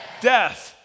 Death